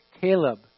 Caleb